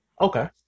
Okay